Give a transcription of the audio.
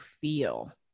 feel